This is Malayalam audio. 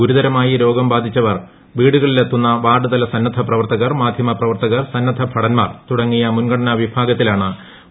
ഗുരുതരമായി രോഗം ബാധിച്ചവർ വീടുകളിലെത്തുന്ന വാർഡ് തല സന്നദ്ധ പ്രവർത്തകർ മാധ്യമ പ്രവർത്തകർ സന്നദ്ധ ഭടന്മാർ തുടങ്ങിയ മുൻഗണനാ വിഭാഗത്തിനാണ് ആദ്യം വാക്സിൻ നൽകുന്നത്